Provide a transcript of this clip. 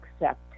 accept